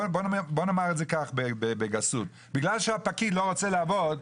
נאמר את זה כך, בגסות: בגלל שהפקיד לא רוצה לעבוד,